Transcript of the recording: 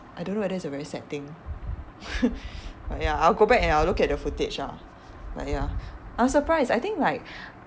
I don't know whether it's a very sad thing but ya I will go back and I will look at the footage ah but ya I'm surprised I think like